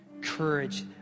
courage